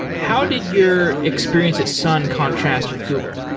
how did your experience at sun contrast with google?